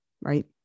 Right